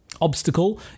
obstacle